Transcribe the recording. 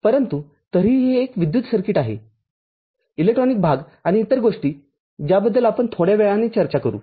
परंतु तरीही हे एक विद्युत सर्किट आहे इलेक्ट्रॉनिक भाग आणि इतर गोष्टी ज्याबद्दल आपण थोड्या वेळाने चर्चा करू